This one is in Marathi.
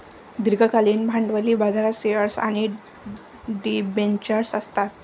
दीर्घकालीन भांडवली बाजारात शेअर्स आणि डिबेंचर्स असतात